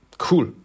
cool